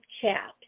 chat